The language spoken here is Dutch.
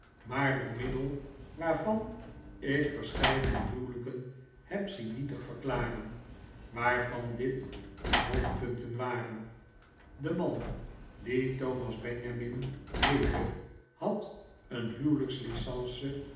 maar door middel waarvan ik verscheidene huwelijken heb zien nietig verklaren waarvan dit de hoofdpunten waren de man die thomas benjamin heette had een